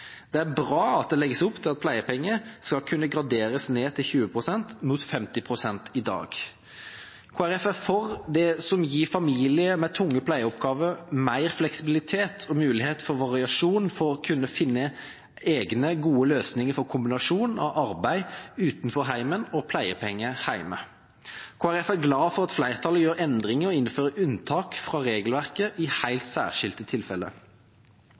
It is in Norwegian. Det er bra at det legges opp til at pleiepenger skal kunne graderes ned til 20 pst. – mot 50 pst. i dag. Kristelig Folkeparti er for det som gir familier med tunge pleieoppgaver mer fleksibilitet og mulighet for variasjon for å kunne finne egne gode løsninger for kombinasjon av arbeid utenfor hjemmet og pleiepenger hjemme. Kristelig Folkeparti er glad for at flertallet gjør endringer og innfører unntak fra regelverket i helt særskilte tilfeller.